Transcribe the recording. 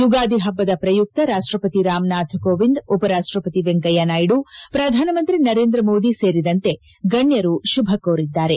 ಯುಗಾದಿ ಹಬ್ಬದ ಪ್ರಯುಕ್ತ ರಾಷ್ಟಪತಿ ರಾಮನಾಥ್ ಕೋವಿಂದ್ ಉಪರಾಷ್ಟಪತಿ ವೆಂಕಯ್ಡ ನಾಯ್ಡು ಪ್ರಧಾನಮಂತ್ರಿ ನರೇಂದ್ರ ಮೋದಿ ಸೇರಿದಂತೆ ಗಣ್ಣರು ಶುಭ ಕೋರಿದ್ದಾರೆ